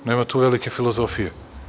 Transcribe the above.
Nema tu velike filozofije.